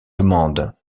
demandent